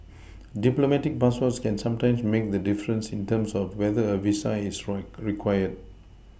diplomatic passports can sometimes make the difference in terms of whether a visa is required